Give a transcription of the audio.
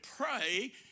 pray